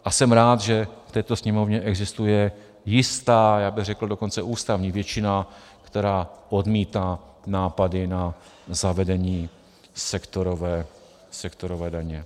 A jsem rád, že v této Sněmovně existuje jistá já bych řekl dokonce ústavní většina, která odmítá nápady na zavedení sektorové daně.